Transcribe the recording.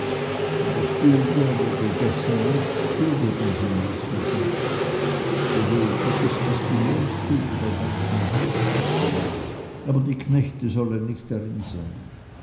in der stube wo gegessen wird duldet man sie meistens nicht gewöhnlich ist es die wohnstube der ganzen haushaltung aber die knechte sollen nicht darin sein